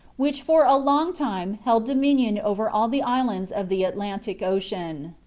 which for a long time held dominion over all the islands of the atlantic ocean.